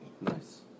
Nice